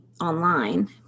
online